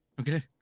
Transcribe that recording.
Okay